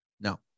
No